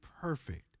perfect